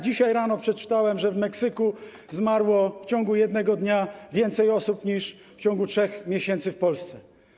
Dzisiaj rano przeczytałem, że w Meksyku zmarło w ciągu jednego dnia więcej osób niż w ciągu 3 miesięcy w Polsce.